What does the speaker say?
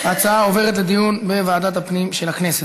ההצעה עוברת לדיון בוועדת הפנים של הכנסת.